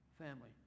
family